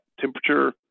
temperature